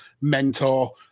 mentor